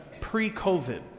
pre-COVID